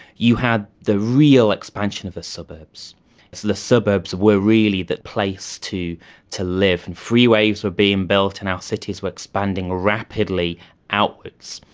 you had the real expansion of the suburbs. so the suburbs were really the place to to live, and freeways were being built and our cities were expanding rapidly outwards.